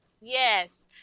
Yes